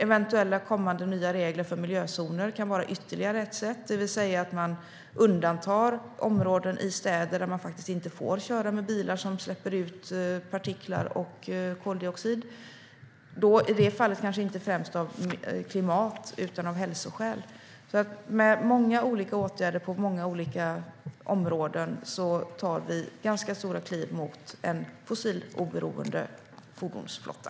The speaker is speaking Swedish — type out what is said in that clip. Eventuella kommande nya regler för miljözoner kan vara ytterligare ett sätt, det vill säga att man undantar områden i städer där man faktiskt inte får köra med bilar som släpper ut partiklar och koldioxid, kanske inte främst av klimatskäl utan av hälsoskäl. Med många olika åtgärder på många olika områden tar vi ganska stora kliv mot en fossiloberoende fordonsflotta.